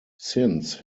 since